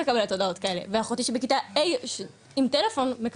מקבלת הודעות כאלה ואחותי שבכיתה ה' שעם טלפון,